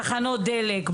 תחנות דלק,